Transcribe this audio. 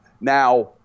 Now